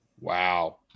Wow